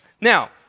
Now